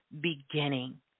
beginning